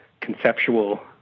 conceptual